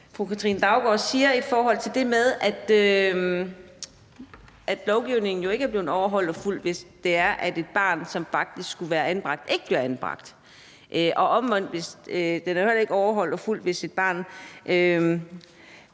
fru Katrine Daugaard siger i forhold til det med, at lovgivningen ikke er blevet overholdt og fulgt, hvis det er, at et barn, som faktisk skulle være anbragt, ikke bliver anbragt. Omvendt er den jo heller ikke overholdt og fulgt, hvis et barn,